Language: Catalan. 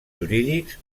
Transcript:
jurídics